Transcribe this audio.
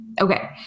Okay